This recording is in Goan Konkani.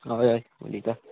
हय हय उलयता